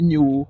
New